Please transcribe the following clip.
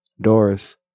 Doris